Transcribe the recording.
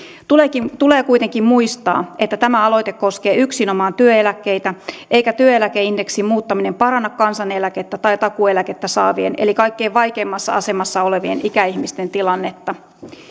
tulee kuitenkin muistaa että tämä aloite koskee yksinomaan työeläkkeitä eikä työeläkeindeksin muuttaminen paranna kansaneläkettä tai takuueläkettä saavien eli kaikkein vaikeimmassa asemassa olevien ikäihmisten tilannetta